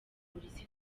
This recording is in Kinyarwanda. polisi